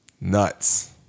nuts